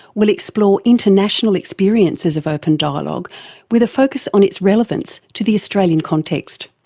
will explore international experiences of open dialogue with a focus on its relevance to the australian context.